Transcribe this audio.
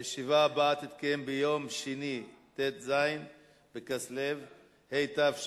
הישיבה הבאה תתקיים ביום שני, ט"ז בכסלו התשע"ב,